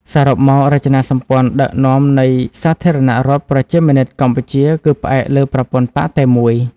សរុបមក រចនាសម្ព័ន្ធដឹកនាំនៃសាធារណរដ្ឋប្រជាមានិតកម្ពុជាគឺផ្អែកលើប្រព័ន្ធបក្សតែមួយ។